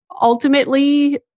ultimately